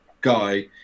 guy